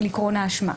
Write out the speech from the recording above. של עיקרון האשמה.